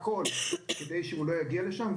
הכול כדי שלא יגיע לשם,